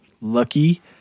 Lucky